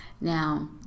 Now